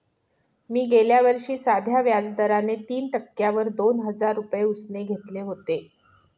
मी गेल्या वर्षी साध्या व्याज दराने तीन टक्क्यांवर दोन हजार रुपये उसने घेतले होते